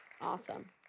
Awesome